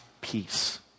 peace